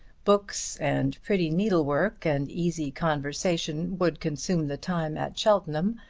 books and pretty needlework and easy conversation would consume the time at cheltenham,